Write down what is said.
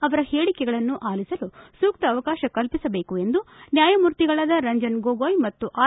ಅವರ ಹೇಳಿಕೆಗಳನ್ನು ಆಲಿಸಲು ಸೂಕ್ತ ಅವಕಾಶ ಕಲ್ಪಿಸಬೇಕು ಎಂದು ನ್ಲಾಯಮೂರ್ತಿಗಳಾದ ರಂಜನ್ ಗೋಗೊಯ್ ಮತ್ತು ಆರ್